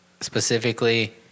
specifically